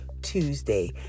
Tuesday